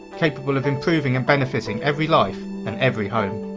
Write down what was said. capable of improving and benefiting every life and every home.